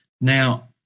Now